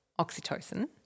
oxytocin